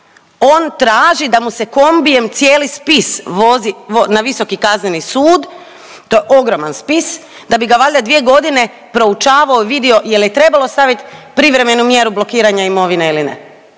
On traži da mu se kombijem cijeli spis vozi na Visoki kazneni sud, to je ogroman spis, da bi ga valjda 2.g. proučavao i vidio jel je trebalo stavit privremenu mjeru blokiranja imovine ili ne.